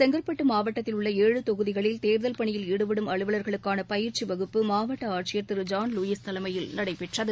செங்கற்பட்டு மாவட்டத்தில் உள்ள ஏழு தொகுதிகளில் தேர்தல் பணியில் ஈடுபடும் அலுவலர்களுக்கான பயிற்சி வகுப்பு மாவட்ட ஆட்சியர் திரு ஜான் லூயிஸ் தலைமையில் நடைபெற்றது